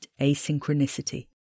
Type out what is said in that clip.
asynchronicity